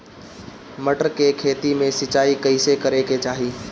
मटर के खेती मे सिचाई कइसे करे के चाही?